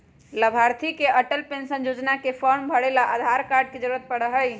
लाभार्थी के अटल पेन्शन योजना के फार्म भरे ला आधार कार्ड के जरूरत पड़ा हई